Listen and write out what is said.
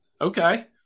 Okay